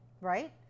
Right